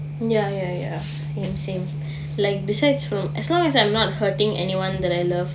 ya ya ya same same like besides from as long as I'm not hurting anyone that I love